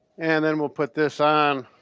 and then we'll put this on.